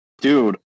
Dude